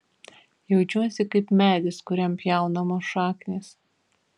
jaučiuosi kaip medis kuriam pjaunamos šaknys